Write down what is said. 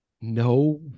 No